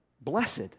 Blessed